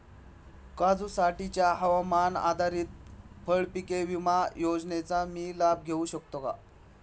काजूसाठीच्या हवामान आधारित फळपीक विमा योजनेचा मी लाभ घेऊ शकतो का?